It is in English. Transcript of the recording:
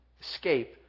escape